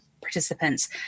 participants